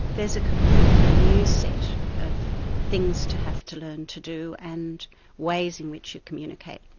there's a completely new set of things to have to learn to do, and ways in which you communicate.